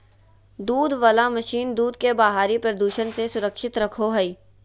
दूध वला मशीन दूध के बाहरी प्रदूषण से सुरक्षित रखो हइ